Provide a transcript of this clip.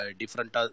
different